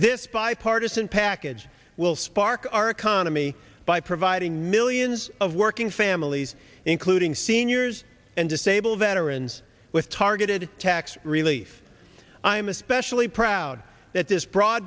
this bipartisan package will spark our economy by providing millions of working families including seniors and disabled veterans with targeted tax relief i am especially proud that this broad